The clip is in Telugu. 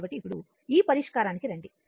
కాబట్టి ఇప్పుడు ఈ పరిష్కారానికి రండి